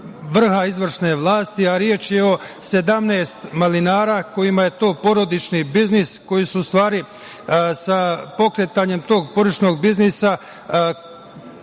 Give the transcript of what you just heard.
vrha izvršne vlasti, a reč je o 17 malinara kojima je to porodični biznis, koji su u stvari sa pokretanjem tog porodičnog biznisa